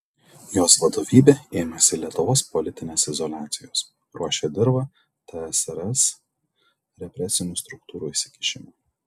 jos vadovybė ėmėsi lietuvos politinės izoliacijos ruošė dirvą tsrs represinių struktūrų įsikišimui